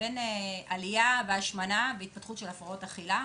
בין עלייה בהשמנה לבין התפתחות של הפרעות אכילה,